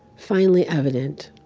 finally evident